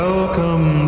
Welcome